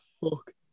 fuck